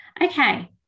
Okay